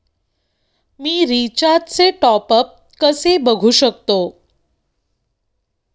मी रिचार्जचे टॉपअप कसे बघू शकतो?